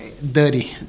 dirty